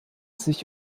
sich